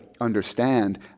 understand